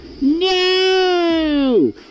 No